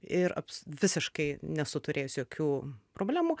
ir aps visiškai nesu turėjusi jokių problemų